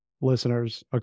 listeners